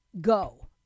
go